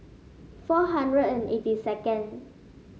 four hundred and eighty second